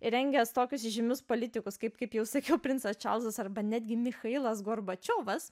rengęs tokius įžymius politikus kaip kaip jau sakiau princas čarlzas arba netgi michailas gorbačiovas